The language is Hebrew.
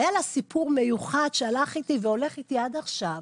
והיה לה סיפור מיוחד שהלך איתי והולך איתי עד עכשיו.